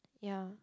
yea